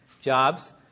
jobs